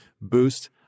boost